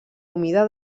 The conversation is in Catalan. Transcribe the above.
humida